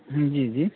ہاں جی جی